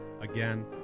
again